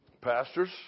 pastors